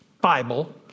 Bible